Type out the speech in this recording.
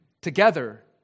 together